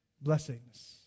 blessings